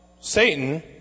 Satan